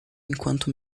enquanto